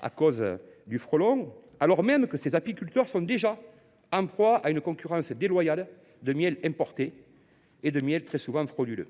à cause du frelon, alors même que nos apiculteurs sont déjà en proie à la concurrence déloyale de miels importés et de produits souvent frauduleux.